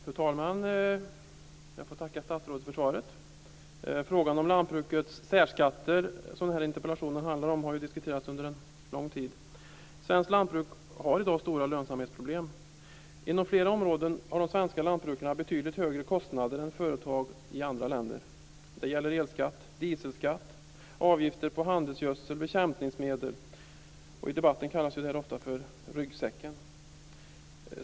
Fru talman! Jag får tacka statsrådet för svaret. Frågan om lantbrukets särskatter, som den här interpellationen handlar om, har ju diskuterats under lång tid. Svenskt lantbruk har i dag stora lönsamhetsproblem. Inom flera områden har de svenska lantbrukarna betydligt högre kostnader än företag i andra länder. Det gäller elskatt och dieselskatt. Det gäller avgifter på handelsgödsel och bekämpningsmedel. I debatten kallas ju det här ofta för "ryggsäcken".